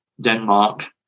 Denmark